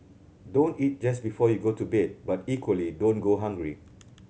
don't eat just before you go to bed but equally don't go hungry